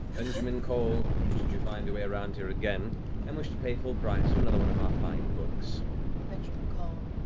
benjamin cole, should you find way around here again and wish to pay full price for another one of our fine books. laura benjamin cole.